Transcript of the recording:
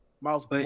Miles